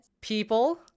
People